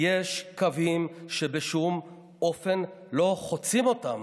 יש קווים שבשום אופן לא חוצים אותם,